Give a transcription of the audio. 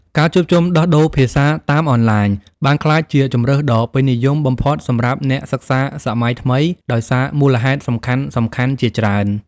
ការជួបជុំដោះដូរភាសាតាមអនឡាញ បានក្លាយជាជម្រើសដ៏ពេញនិយមបំផុតសម្រាប់អ្នកសិក្សាសម័យថ្មី ដោយសារមូលហេតុសំខាន់ៗជាច្រើន។